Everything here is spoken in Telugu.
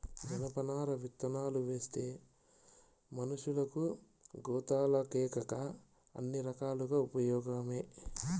జనపనార విత్తనాలువేస్తే మనషులకు, గోతాలకేకాక అన్ని రకాలుగా ఉపయోగమే